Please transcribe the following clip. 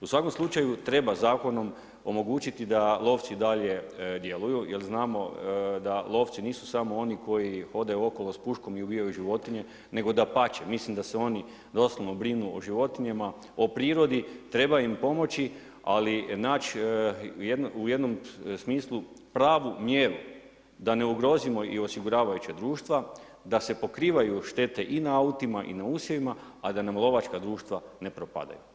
U svakom slučaju treba zakonom omogućiti da lovci dalje djeluju jel znamo da lovci nisu samo oni koji hodaju okolo s puškom i ubijaju životinje, nego dapače, mislim da se oni doslovno brinu o životinjama, o prirodi, treba im pomoći, ali naći u jednom smislu pravu mjeru da ne ugrozimo i osiguravajuća društva, da se pokrivaju štete i na autima i na usjevima, a da nam lovačka društva ne propadaju.